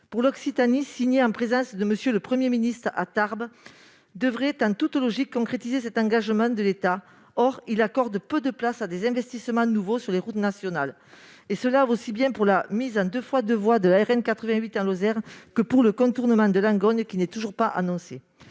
pour l'Occitanie, signé en présence de M. le Premier ministre à Tarbes, devrait en toute logique concrétiser cet engagement de l'État. Or il accorde peu de place à des investissements nouveaux sur les routes nationales. Cela vaut aussi bien pour la mise en 2x2 voies de la RN88 en Lozère que pour le contournement de Langogne, qui n'est toujours pas annoncé.